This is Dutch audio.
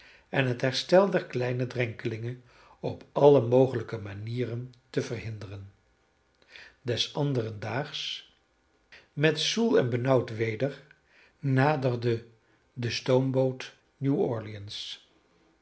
en het herstel der kleine drenkelinge op alle mogelijke manieren te verhinderen des anderen daags met zoel en benauwd weder naderde de stoomboot nieuw orleans